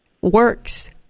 works